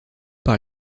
par